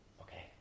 Okay